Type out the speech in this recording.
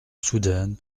soudaine